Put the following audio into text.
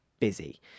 busy